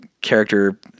character